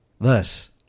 Thus